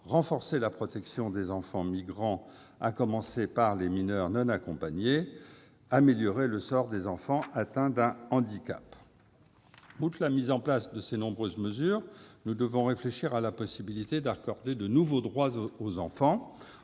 renforcer la protection des enfants migrants, à commencer par les mineurs non accompagnés, améliorer le sort des enfants atteints d'un handicap. Outre la mise en place de ces nombreuses mesures, nous devons réfléchir à la possibilité d'accorder de nouveaux droits aux enfants.